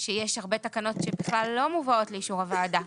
שיש הרבה תקנות שבכלל לא מובאות לאישור הוועדה.